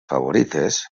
favorites